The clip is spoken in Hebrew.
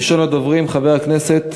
ראשון הדוברים, חבר הכנסת